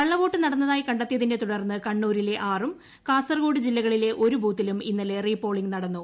കള്ളവോട്ട് നടന്നതായി കണ്ടെത്തിയതിനെ തുടർന്ന് കണ്ണൂരിലെ ആറും കാസർഗോഡ് ജില്ലകളിലെ ഒരു ബൂത്തിലും ഇന്നലെ റീ പോളിങ്ങ് നടന്നു